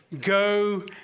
go